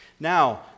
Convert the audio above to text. Now